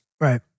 right